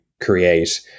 create